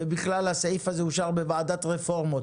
אתם אוכפים סעיף שנועד לשני בנקים אבל הסעיף הוא מאוד פשוט לאכיפה.